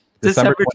December